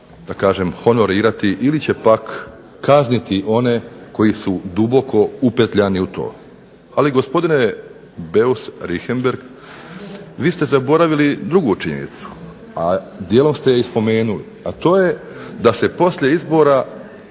da kažem honorirati, ili će pak kazniti one koji su duboko upetljani u to. Ali gospodine Beus Richembergh vi ste zaboravili drugu činjenicu, a dijelom ste je spomenuli, a to je da se poslije izbora